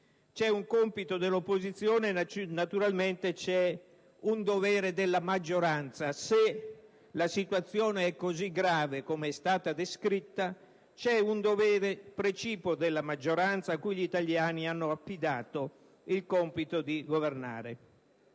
è un compito dell'opposizione e naturalmente vi è anche un dovere della maggioranza. Se la situazione è così grave come è stata descritta, c'è un dovere precipuo della maggioranza a cui gli italiani hanno affidato il compito di governare: